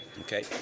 okay